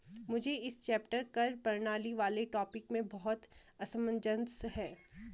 मुझे इस चैप्टर कर प्रणाली वाले टॉपिक में बहुत असमंजस है